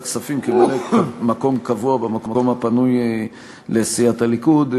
הכספים כממלא-מקום קבוע במקום הפנוי לסיעת הליכוד.